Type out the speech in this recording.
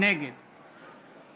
נגד